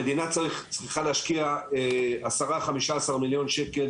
המדינה צריכה להשקיע 10-15 מיליון שקל,